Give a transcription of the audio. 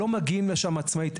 לא מגיעים לשם עצמאית,